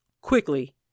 Quickly